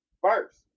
First